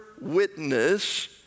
witness